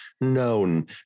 known